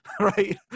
right